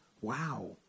Wow